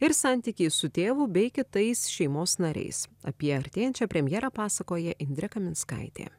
ir santykiai su tėvu bei kitais šeimos nariais apie artėjančią premjerą pasakoja indrė kaminskaitė